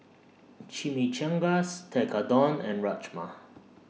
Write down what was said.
Chimichangas Tekkadon and Rajma